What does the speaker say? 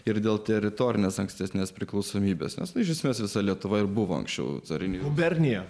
ir dėl teritorines ankstesnes priklausomybes nes iš esmės visa lietuva ir buvo anksčiau carinė gubernija